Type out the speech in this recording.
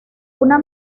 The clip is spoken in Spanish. una